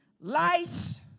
lice